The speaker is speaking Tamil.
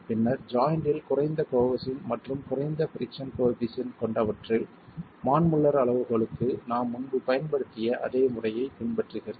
பின்னர் ஜாய்ன்ட்டில் குறைந்த கோஹெஸின் மற்றும் குறைந்த பிரிக்ஸன் கோயெபிஸியன்ட் கொண்டவற்றில் மான் முல்லர் அளவுகோலுக்கு நாம் முன்பு பயன்படுத்திய அதே முறையைப் பின்பற்றுகிறது